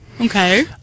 okay